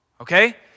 Okay